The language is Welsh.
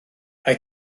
mae